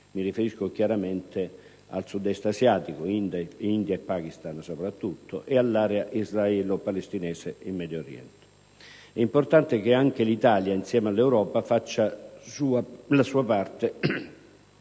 (mi riferisco chiaramente al Sud-Est asiatico, India e Pakistan soprattutto, e all'area israelo-palestinese in Medio Oriente). È importante che anche l'Italia, insieme all'Europa, faccia la sua parte